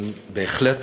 בהחלט